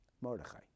Mordechai